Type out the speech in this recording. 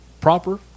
proper